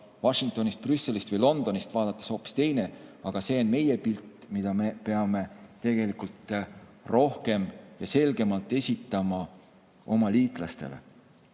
Washingtonist, Brüsselist või Londonist vaadates hoopis teine, aga see on meie pilt, mida me peame rohkem ja selgemalt oma liitlastele